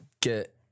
get